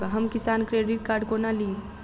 हम किसान credit card कोना ली?